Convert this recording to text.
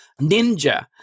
ninja